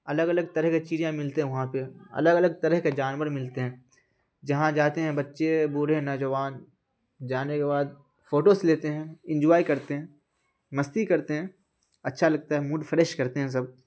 الگ الگ طرح کے چیزیں ملتے ہیں وہاں پہ الگ الگ طرح کے جانور ملتے ہیں جہاں جاتے ہیں بچے بوڑھے نوجوان جانے کے بعد فوٹوز لیتے ہیں انجوائے کرتے ہیں مستی کرتے ہیں اچھا لگتا ہے موڈ فریش کرتے ہیں سب